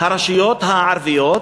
הרשויות הערביות